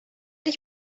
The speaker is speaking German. dich